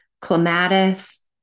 clematis